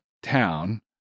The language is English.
Town